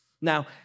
Now